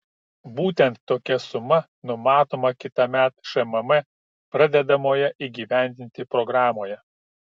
būtent tokia suma numatoma kitąmet šmm pradedamoje įgyvendinti programoje